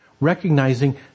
Recognizing